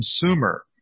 consumer